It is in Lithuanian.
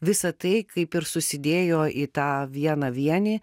visa tai kaip ir susidėjo į tą vieną vienį